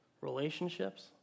relationships